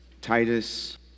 Titus